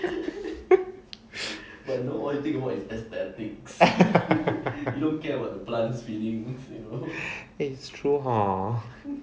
that is true hor